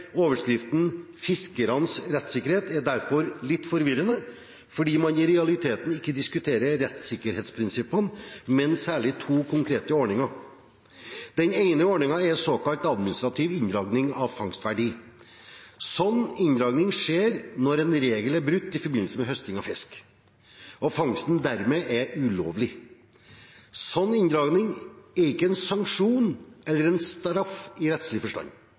overskriften fiskernes rettssikkerhet er derfor litt forvirrende, fordi man i realiteten ikke diskuterer rettssikkerhetsprinsippene, men særlig to konkrete ordninger. Den ene ordningen er såkalt administrativ inndragning av fangstverdi. Slik inndragning skjer når en regel er brutt i forbindelse med høsting av fisk og fangsten dermed er ulovlig. Slik inndragning er ikke en sanksjon eller straff i rettslig forstand.